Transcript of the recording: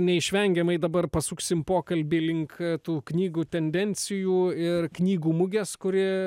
neišvengiamai dabar pasuksim pokalbį link tų knygų tendencijų ir knygų mugės kuri